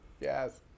Yes